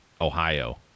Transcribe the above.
Ohio